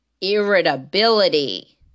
irritability